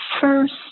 first